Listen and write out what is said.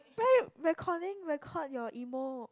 re~ recording record your emo